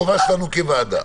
זו החובה שלנו כוועדה.